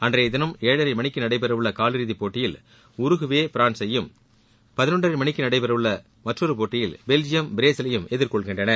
அன்றைய தினம் ஏழரை மணிக்கு நடைபெறவுள்ள காலிறுதிப்போட்டியில் உருகுவே பிரான்சையும் பதினொன்றரை மணிக்கு நடைபெறவுள்ள போட்டியில் பெல்ஜியம் பிரேசிலையும் எதிர்கொள்கின்றன